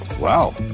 Wow